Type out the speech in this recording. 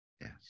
Yes